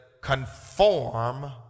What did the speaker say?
conform